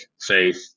faith